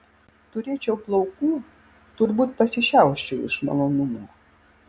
turėčiau plaukų turbūt pasišiauščiau iš malonumo